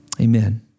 Amen